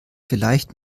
vielleicht